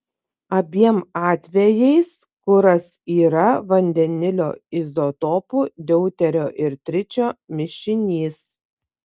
abiem atvejais kuras yra vandenilio izotopų deuterio ir tričio mišinys